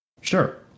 sure